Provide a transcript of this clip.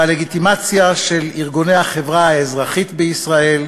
בלגיטימציה של ארגוני החברה האזרחית בישראל,